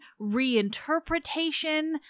reinterpretation